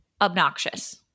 obnoxious